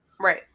Right